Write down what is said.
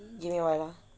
give me awhile ah